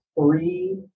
three